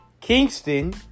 Kingston